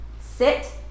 sit